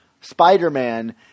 Spider-Man